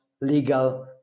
legal